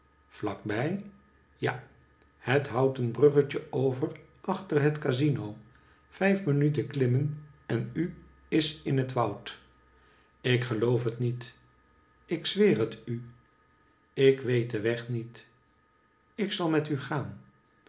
vlakbij ja het houten bruggetje over achter het casino vijf minuten klimmen en u is in het woud ik geloof het niet ik zweer het u ik weet den weg niet ik zal met u gaan